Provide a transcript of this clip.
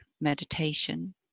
meditation